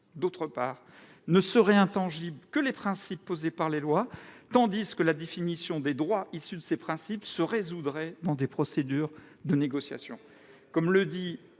d'autre part. Ne seraient intangibles que les principes posés par les lois, tandis que la définition des droits issus de ces principes se résoudrait dans des procédures de négociation.